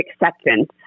acceptance